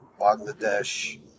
Bangladesh